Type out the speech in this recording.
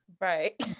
right